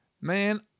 man